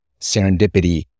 serendipity